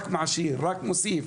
רק מעשיר, רק מוסיף.